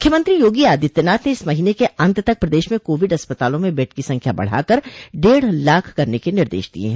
मूख्यमंत्री योगी आदित्यनाथ ने इस महीने के अन्त तक प्रदेश में कोविड अस्पतालों में बेड की संख्या बढ़कर डेढ़ लाख करने के निर्देश दिये हैं